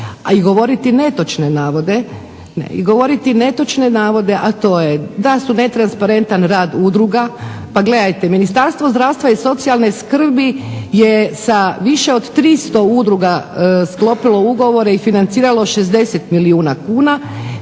a i govoriti netočne navode, a to je da su netransparentan rad udruga. Pa gledajte, Ministarstvo zdravstva i socijalne skrbi je sa više od 300 udruga sklopilo ugovore i financiralo 60 milijuna kuna,